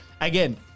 again